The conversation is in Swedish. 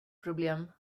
problem